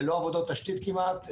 ללא עבודות תשתית כמעט,